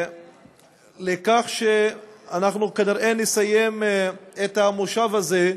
לכך שאנחנו כנראה נסיים את המושב הזה,